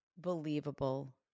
believable